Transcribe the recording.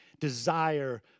desire